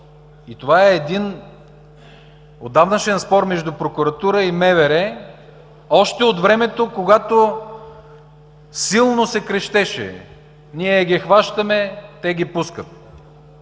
Това е един отдавнашен спор между прокуратура и МВР, още от времето, когато силно се крещеше: „ние ги хващаме – те ги пускат“.